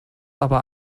aber